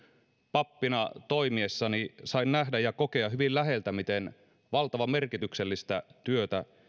pappina toimiessani sain nähdä ja kokea hyvin läheltä miten valtavan merkityksellistä työtä